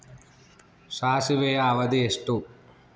ಸಾಸಿವೆಯ ಅವಧಿ ಎಷ್ಟು?